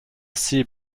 see